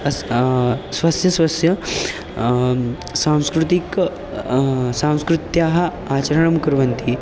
अस् स्वस्य स्वस्य सांस्कृतिकं संस्कृत्याः आचरणं कुर्वन्ति